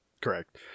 Correct